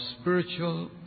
spiritual